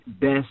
best